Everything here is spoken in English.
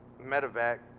medevac